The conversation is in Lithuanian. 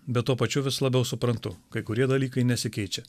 bet tuo pačiu vis labiau suprantu kai kurie dalykai nesikeičia